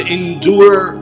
endure